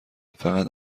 فقط